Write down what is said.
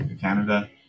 Canada